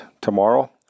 tomorrow